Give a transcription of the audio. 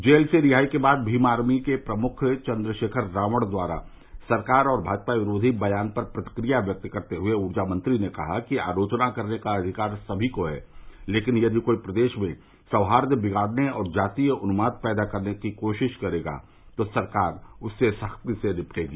jail से रिहाई के बाद भीम आर्मी के प्रमुख चन्द्रशेखर रावण द्वारा सरकार और भाजपा विरोधी बयान पर प्रतिक्रिया व्यक्त करते हए ऊर्जा मंत्री ने कहा कि आलोचना करने का अधिकार समी को है लेकिन यदि कोई प्रदेश में सौहार्द बिगाड़ने और जातीय उन्माद पैदा करने की कोशिश करेगा तो सरकार उससे सख्ती से निपटेगी